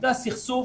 בגלל סכסוך